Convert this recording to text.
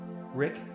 Rick